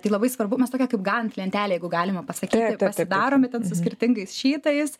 tai labai svarbu mes tokią kaip gant lentelę jeigu galima pasakyti pasidarome ten su skirtingais šytais